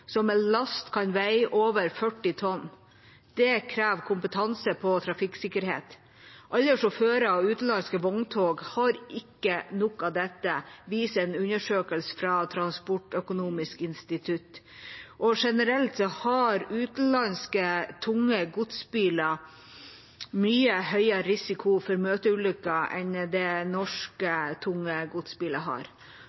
som med last kan veie over 40 tonn. Det krever kompetanse på trafikksikkerhet. Ikke alle sjåfører av utenlandske vogntog har nok av dette, viser en undersøkelse fra Transportøkonomisk institutt. Generelt har utenlandske tunge godsbiler mye høyere risiko for møteulykker enn det norske